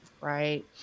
right